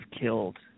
killed